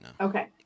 Okay